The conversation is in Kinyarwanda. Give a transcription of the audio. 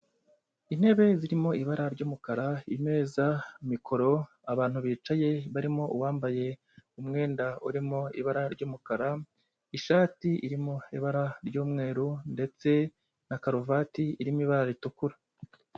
Intebe zirimo ibara ry'umukara, imeza, mikoro, abantu bicaye barimo uwambaye umwenda urimo ibara ry'umukara, ishati irimo ibara ry'umweru ndetse na karuvati irimo ibara ritukura.